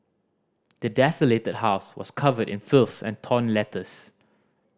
the desolated house was covered in filth and torn letters